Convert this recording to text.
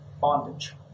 bondage